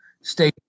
stay